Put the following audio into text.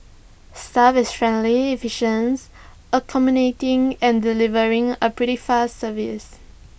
staff is friendly efficient accommodating and delivering A pretty fast service